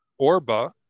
Orba